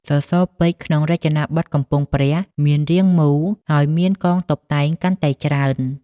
សសរពេជ្រក្នុងរចនាបថកំពង់ព្រះមាន រាងមូល ហើយមាន កងតុបតែង កាន់តែច្រើន។